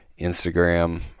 Instagram